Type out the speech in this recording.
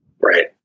Right